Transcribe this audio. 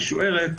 המשוערת,